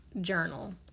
journal